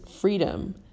freedom